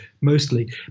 mostly